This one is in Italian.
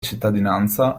cittadinanza